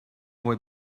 what